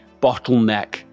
bottleneck